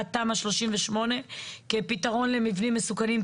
להשארת תמ"א 38 כפתרון למבנים מסוכנים.